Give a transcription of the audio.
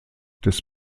des